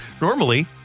Normally